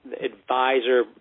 advisor